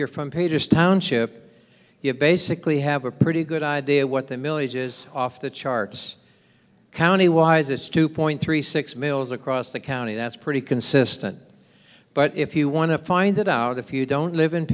you're from pages township you basically have a pretty good idea what the milly's is off the charts county wise it's two point three six mills across the county that's pretty consistent but if you want to find that out if you don't live in